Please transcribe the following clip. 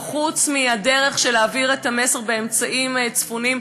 או חוץ מהדרך של להעביר את המסר באמצעים צפונים,